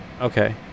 Okay